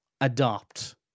Adopt